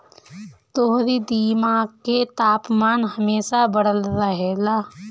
तोहरी दिमाग के तापमान हमेशा बढ़ल रहेला